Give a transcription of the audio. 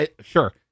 sure